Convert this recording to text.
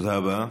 תודה רבה.